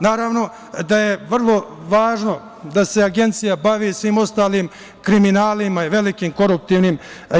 Naravno da je vrlo važno da se Agencija bavi i svim ostalim kriminalima i velikim koruptivnim aferama.